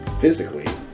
physically